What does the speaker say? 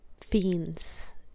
fiends